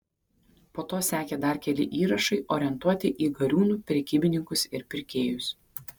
po to sekė dar keli įrašai orientuoti į gariūnų prekybininkus ir pirkėjus